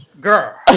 Girl